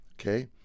okay